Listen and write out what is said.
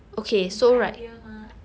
is idea mah